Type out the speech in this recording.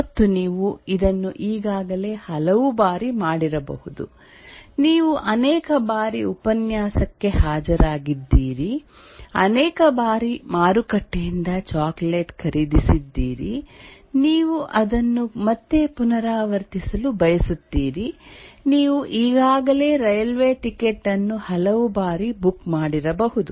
ಮತ್ತು ನೀವು ಇದನ್ನು ಈಗಾಗಲೇ ಹಲವು ಬಾರಿ ಮಾಡಿರಬಹುದು ನೀವು ಅನೇಕ ಬಾರಿ ಉಪನ್ಯಾಸಕ್ಕೆ ಹಾಜರಾಗಿದ್ದೀರಿ ಅನೇಕ ಬಾರಿ ಮಾರುಕಟ್ಟೆಯಿಂದ ಚಾಕೊಲೇಟ್ ಖರೀದಿಸಿದ್ದೀರಿ ನೀವು ಅದನ್ನು ಮತ್ತೆ ಪುನರಾವರ್ತಿಸಲು ಬಯಸುತ್ತೀರಿ ನೀವು ಈಗಾಗಲೇ ರೈಲ್ವೆ ಟಿಕೆಟ್ ಅನ್ನು ಹಲವು ಬಾರಿ ಬುಕ್ ಮಾಡಿರಬಹುದು